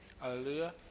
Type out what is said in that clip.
Hallelujah